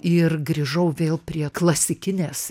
ir grįžau vėl prie klasikinės